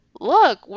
look